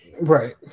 Right